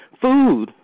food